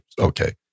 Okay